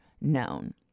known